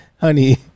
honey